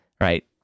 right